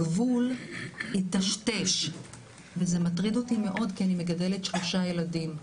הגבות מטשטש וזה מטריד אותי מאוד כי אני מגדלת שלושה ילדים.